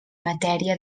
matèria